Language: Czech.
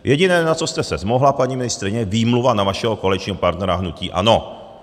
Jediné, na co jste se zmohla, paní ministryně, výmluva na vašeho koaličního partnera, hnutí ANO.